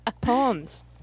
poems